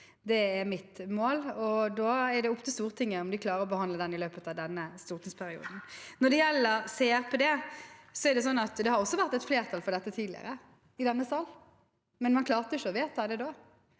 Det er mitt mål – og da er det opp til Stortinget om de klarer å behandle den i løpet av denne stortingsperioden. Når det gjelder CRPD, har det også vært et flertall for dette tidligere i denne sal, men man klarte ikke å vedta det da.